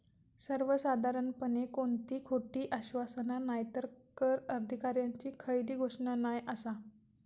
सर्वसाधारणपणे कोणती खोटी आश्वासना नायतर कर अधिकाऱ्यांची खयली घोषणा नाय आसा